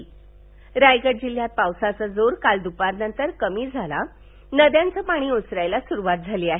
अलिबाग रायगड जिल्हयात पावसाचा जोर काल दुपारीनंतर कमी झाला असून नद्याचं पाणी ओसरायला सुरूवात झाली आहे